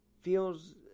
feels